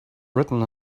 written